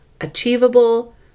achievable